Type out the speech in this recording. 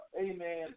amen